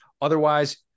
Otherwise